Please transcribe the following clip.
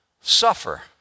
suffer